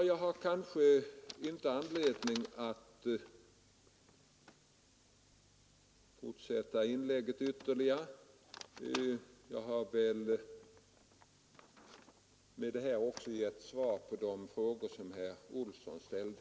Jag har kanske inte anledning att fortsätta inlägget ytterligare. Med det sagda har jag väl också givit svar på de frågor som herr Olsson i Edane ställde.